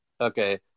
Okay